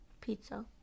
Pizza